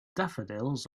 daffodils